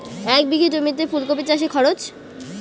এক বিঘে জমিতে ফুলকপি চাষে খরচ?